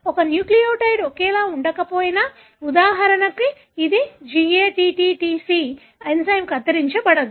ఒక న్యూక్లియోటైడ్ ఒకేలా ఉండకపోయినా ఉదాహరణకు ఇది GATTTC ఎంజైమ్ కత్తిరించ బడదు